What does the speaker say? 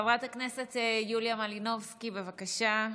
חברת הכנסת יוליה מלינובסקי, בבקשה.